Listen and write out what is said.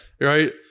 right